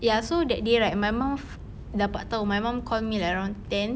ya so that day right my mum f~ dapat tahu my mum called me like around ten